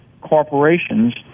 corporations